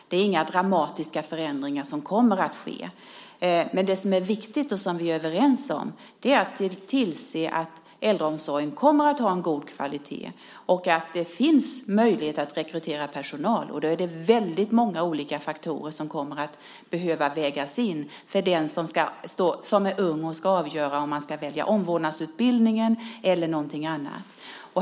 Det är inga dramatiska förändringar som kommer att ske. Men det som är viktigt, och som vi dessutom är överens om, är att vi måste tillse att äldreomsorgen kommer att ha en god kvalitet och att det finns möjlighet att rekrytera personal. Det är väldigt många faktorer som kommer att ha betydelse för den som är ung och ska välja mellan omvårdnadsutbildningen och något annat.